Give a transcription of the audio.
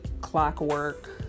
Clockwork